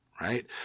right